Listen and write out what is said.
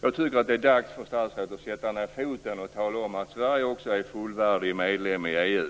Jag tycker att det är dags för statsrådet att sätta ned foten och tala om att Sverige också är fullvärdig medlem i EU.